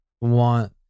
want